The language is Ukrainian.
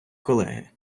колеги